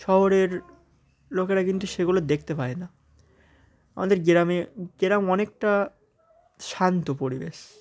শহরের লোকেরা কিন্তু সেগুলো দেখতে পায় না আমাদের গ্রামে গ্রাম অনেকটা শান্ত পরিবেশ